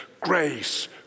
grace